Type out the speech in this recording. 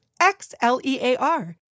X-L-E-A-R